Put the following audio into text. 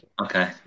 Okay